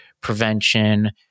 prevention